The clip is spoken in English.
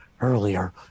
earlier